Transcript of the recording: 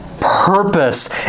purpose